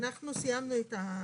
אנחנו סיימנו את ההקראה.